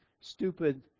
stupid